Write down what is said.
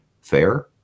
fair